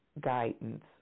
guidance